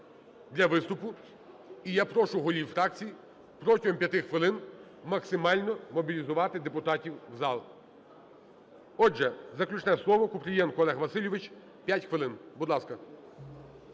для виступу. І я прошу голів фракцій протягом 5 хвилин максимально мобілізувати депутатів в зал. Отже, заключне слово – Купрієнко Олег Васильович. 5 хвилин, будь ласка.